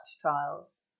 trials